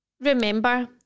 remember